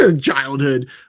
childhood